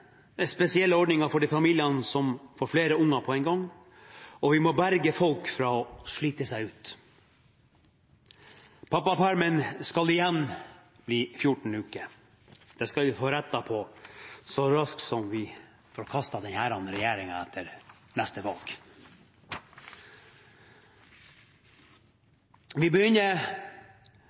flere spesielle ordninger for de familiene som får flere unger på en gang, og vi må berge folk fra å slite seg ut. Pappapermen skal igjen bli 14 uker. Det skal vi få rettet på så raskt som vi får kastet denne regjeringen ved neste valg. Vi begynner